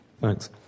Thanks